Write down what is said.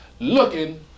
looking